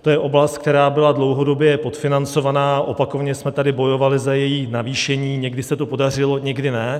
To je oblast, která byla dlouhodobě podfinancovaná, opakovaně jsme tady bojovali za její navýšení, někdy se to podařilo, někdy ne.